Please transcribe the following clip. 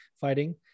fighting